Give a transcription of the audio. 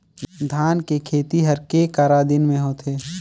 धान के खेती हर के करा दिन म होथे?